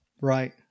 Right